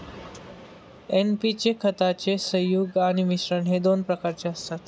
NP चे खताचे संयुग आणि मिश्रण हे दोन प्रकारचे असतात